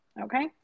okay